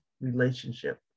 relationship